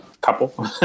couple